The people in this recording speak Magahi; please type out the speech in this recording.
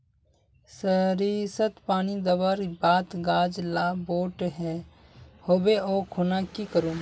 सरिसत पानी दवर बात गाज ला बोट है होबे ओ खुना की करूम?